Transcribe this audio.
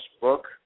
book